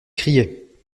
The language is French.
criait